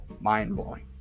Mind-blowing